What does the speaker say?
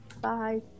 Bye